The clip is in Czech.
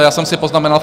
Já jsem si poznamenal...